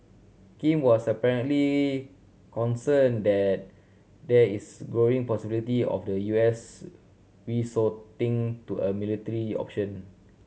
Kim was apparently concerned that there is growing possibility of the U S resorting to a military option